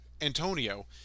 Antonio